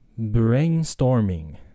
Brainstorming